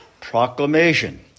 proclamation